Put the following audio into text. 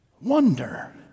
wonder